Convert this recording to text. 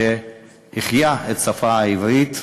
שהחיה את השפה העברית,